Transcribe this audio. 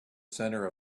center